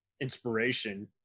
inspiration